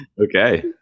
Okay